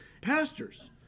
pastors